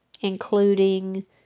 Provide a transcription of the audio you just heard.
including